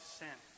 sin